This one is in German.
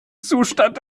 zustand